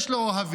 יש לו אוהבים,